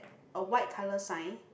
a white colour sign